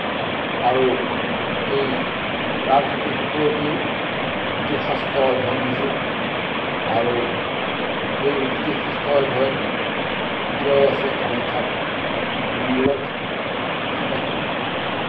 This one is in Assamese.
আৰু এই প্ৰাগজ্যোতিষপুৰতেই জ্যোতিষশাস্ত্ৰ অধ্যয়ন হৈছিল আৰু সেই জ্যোতিষশাস্ত্ৰ অধ্যয়ণ এতিয়াও আছে কামাখ্যা মন্দিৰৰ আশে পাশে